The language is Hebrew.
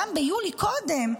גם קודם,